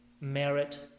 merit